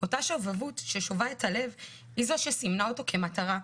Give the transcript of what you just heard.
אותה שובבות ששובה את הלב היא זו שסימנה אותו כמטרה.